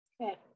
Okay